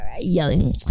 yelling